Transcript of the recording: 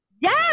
Yes